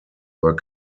were